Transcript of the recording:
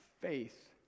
faith